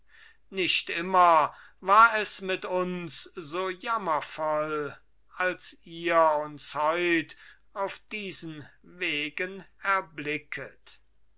nicht immer war es mit uns so jammervoll als ihr uns heut auf diesen wegen erblicket